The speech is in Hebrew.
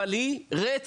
אבל היא רצח.